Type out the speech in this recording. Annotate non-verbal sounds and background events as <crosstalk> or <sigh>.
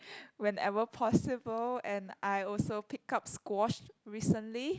<noise> whenever possible and I also picked up squash recently